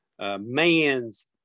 man's